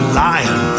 lion